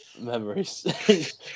memories